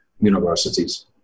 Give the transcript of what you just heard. Universities